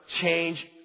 change